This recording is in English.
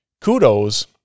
kudos